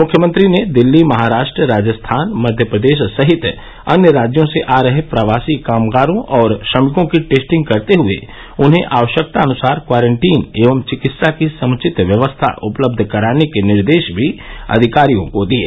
मुख्यमंत्री ने दिल्ली महाराष्ट्र राजस्थान मध्य प्रदेश सहित अन्य राज्यों से आ रहे प्रवासी कामगारों और श्रमिकों की टेस्टिंग करते हुए उन्हें आवश्यकतानुसार क्वारेंटीन एवं चिकित्सा की समुचित व्यवस्था उपलब्ध कराने के निर्देश भी अधिकारियों को दिये